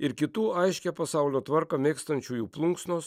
ir kitų aiškią pasaulio tvarką mėgstančiųjų plunksnos